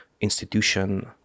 institution